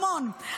המון,